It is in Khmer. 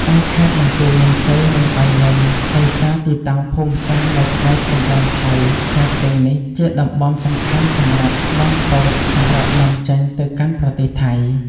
ឯខេត្តបន្ទាយមានជ័យ និងប៉ៃលិន ដោយសារទីតាំងភូមិសាស្ត្រនៅក្បែរព្រំដែនថៃ ខេត្តទាំងនេះជាតំបន់សំខាន់សម្រាប់ដាំពោតសម្រាប់នាំចេញទៅកាន់ប្រទេសថៃ។